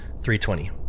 320